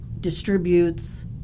distributes